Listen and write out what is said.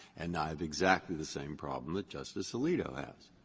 and i have exactly the same problem that justice alito has.